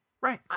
right